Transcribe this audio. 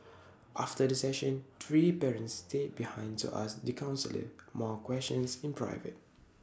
after the session three parents stayed behind to ask the counsellor more questions in private